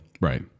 Right